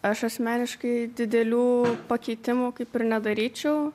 aš asmeniškai didelių pakeitimų kaip ir nedaryčiau